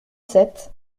sept